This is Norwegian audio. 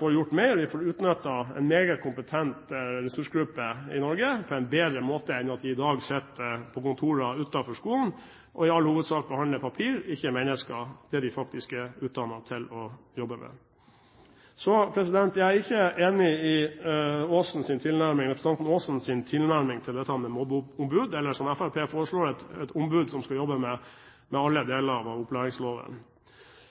får gjort mer, og vi får utnyttet en meget kompetent ressursgruppe i Norge på en bedre måte enn at de i dag sitter på kontorer utenfor skolen og i all hovedsak behandler papir, ikke mennesker, som de faktisk er utdannet til å jobbe med. Så er jeg ikke enig i representanten Aasens tilnærming til dette med et mobbeombud – eller som Fremskrittspartiet foreslår: et ombud som skal jobbe med alle deler av opplæringsloven.